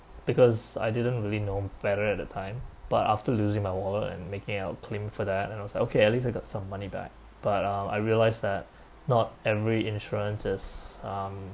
because I didn't really know better at the time but after losing my wallet and making out claim for that you know so okay at least I got some money back but um I realised that not every insurance is um